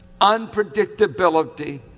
unpredictability